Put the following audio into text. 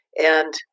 And-